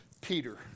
Peter